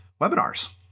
webinars